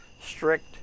strict